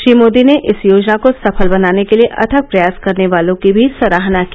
श्री मोदी ने इस योजना को सफल बनाने के लिए अथक प्रयास करने वालों की भी सराहना की